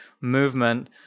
movement